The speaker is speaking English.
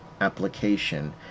application